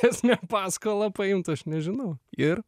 esmė paskolą paimt aš nežinau ir